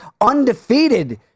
Undefeated